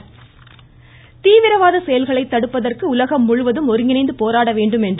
வெங்கையா நாயுடு தீவிரவாத செயல்களை தடுப்பதற்கு உலகம் முழுவதும் ஒருங்கிணைந்து போராட வேண்டும் திரு